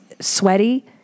sweaty